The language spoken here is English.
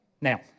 Now